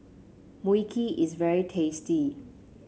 Mui Kee is very tasty